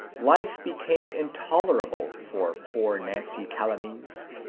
life became intolerable for poor nancy calamese.